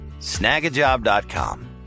Snagajob.com